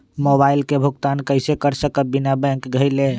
Mobile के भुगतान कईसे कर सकब बिना बैंक गईले?